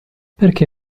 perché